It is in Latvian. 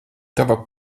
tava